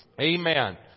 Amen